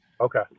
Okay